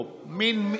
או מין,